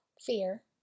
fear